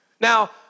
Now